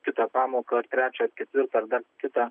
kitą pamoką ar trečią ar ketvirtą ar dar kitą